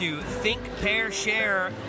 think-pair-share